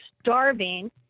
starving